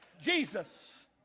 Jesus